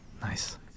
Nice